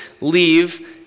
leave